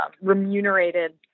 remunerated